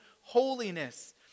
holiness